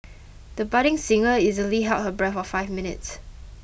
the budding singer easily held her breath for five minutes